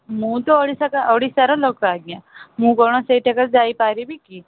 ମୁଁ ତ ଓଡ଼ିଶା ଓଡ଼ିଶାର ଲୋକ ଆଜ୍ଞା ମୁଁ କ'ଣ ସେଠିକି ଯାଇପାରିବି କି